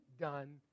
done